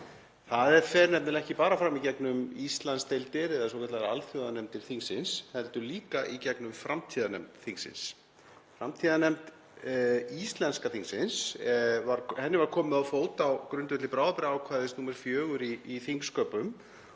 Það fer nefnilega ekki bara fram í gegnum Íslandsdeildir eða svokallaðar alþjóðanefndir þingsins heldur líka í gegnum framtíðarnefnd þingsins. Framtíðarnefnd íslenska þingsins var komið á fót á grundvelli bráðabirgðaákvæðis IV í þingsköpum